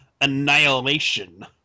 annihilation